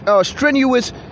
strenuous